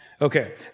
Okay